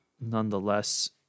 nonetheless